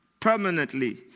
permanently